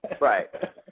Right